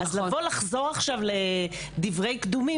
אז לבוא לחזור עכשיו לדברי קדומים,